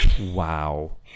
Wow